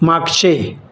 मागचे